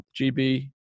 GB